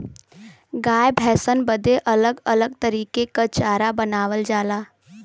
गाय भैसन बदे अलग अलग तरीके के चारा बनावल जाला